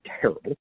terrible